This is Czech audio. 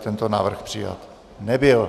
Tento návrh přijat nebyl.